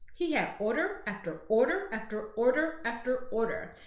he had order after order after order after order.